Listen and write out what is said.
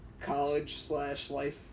college-slash-life